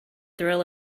thrill